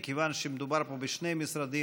מכיוון שמדובר פה בשני משרדים,